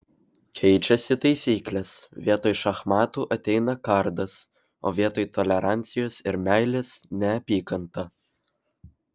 keičiasi taisyklės vietoj šachmatų ateina kardas o vietoj tolerancijos ir meilės neapykanta